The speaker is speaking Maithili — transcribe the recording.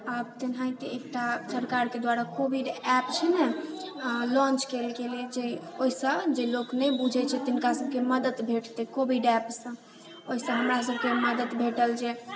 आब तेनाहिते एकटा सरकारके द्वारा कोविड ऐप छै ने लॉन्च केलकै जे ओहिसँ जे लोक नहि बुझैत छथिन तिनकासभके मदद भेटतै कोविड ऐपसँ ओहिसँ हमरासभके मदद भेटल जे